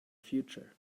future